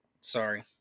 sorry